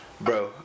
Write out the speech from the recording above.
Bro